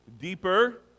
Deeper